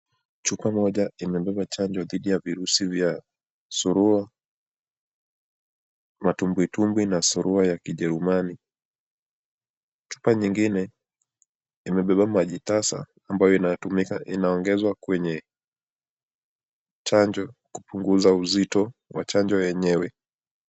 Chupa moja imebeba chanjo dhidi ya virusi vya surua, matumbwi tumbwi na surua ya kijerumani. Chupa nyingine imebeba maji tasa ambayo inaongezwa kwenye chanjo kupunguza uzito wa chanjo yenyewe.